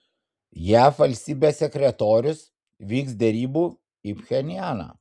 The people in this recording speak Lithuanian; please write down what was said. jav valstybės sekretorius vyks derybų į pchenjaną